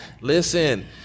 Listen